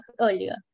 earlier